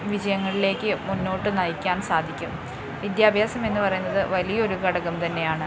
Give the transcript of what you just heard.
വിജയങ്ങളിലേയ്ക്ക് മുന്നോട്ട് നയിക്കാൻ സാധിക്കും വിദ്യാഭ്യാസം എന്നുപറയുന്നത് വലിയൊരു ഘടകം തന്നെയാണ്